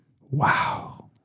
wow